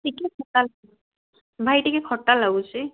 ଟିକିଏ ଖଟା ଭାଇ ଟିକିଏ ଖଟା ଲାଗୁଛି